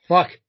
Fuck